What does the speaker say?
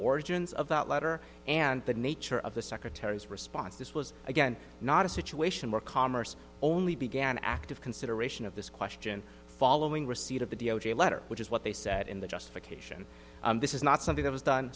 origins of that letter and the nature of the secretary's response this was again not a situation where commerce only began active consideration of this question following receipt of the d o j letter which is what they said in the justification this is not something that was done